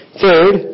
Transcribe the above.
Third